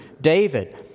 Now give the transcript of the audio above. David